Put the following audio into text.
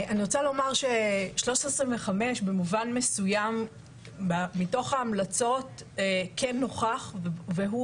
אני רוצה לומר ש-1325 במובן מסוים מתוך ההמלצות כן נוכח והוא